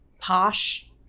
posh